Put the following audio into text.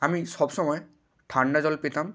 আমি সব সময় ঠান্ডা জল পেতাম